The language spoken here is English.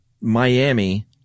Miami